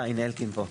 אה, הוא פה.